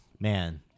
man